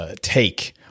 take